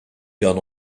gun